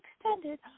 extended